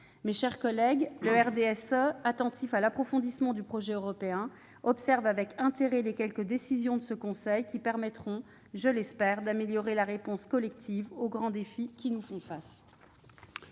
Mes chers collègues, le groupe RDSE, attentif à l'approfondissement du projet européen, observe avec intérêt les quelques décisions de ce Conseil européen qui permettront, je l'espère, d'améliorer la réponse collective aux grands défis qui nous attendent.